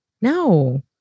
no